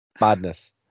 madness